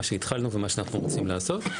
מה שהתחלנו ומה שאנחנו רוצים לעשות.